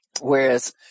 Whereas